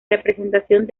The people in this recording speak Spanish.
representación